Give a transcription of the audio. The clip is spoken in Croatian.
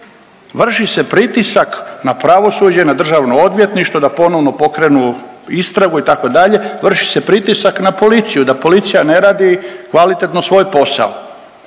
Vrši se pritisak na pravosuđe, na DORH, da ponovno pokrenu istragu, itd., vrši se pritisak na policiju, da policija ne radi kvalitetno svoj posao.